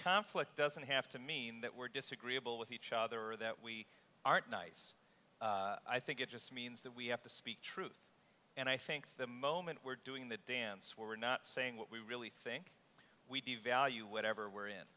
conflict doesn't have to mean that we're disagreeable with each other or that we aren't nice i think it just means that we have to speak truth and i think the moment we're doing the dance we're not saying what we really think we devalue whatever we're in